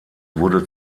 wurde